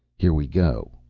here we go,